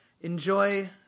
Enjoy